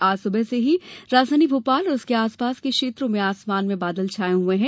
आज सुबह से ही राजधानी भोपाल और उसके आसपास के क्षेत्रों में आसमान में बादल छाये हुए है